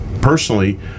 personally